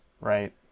right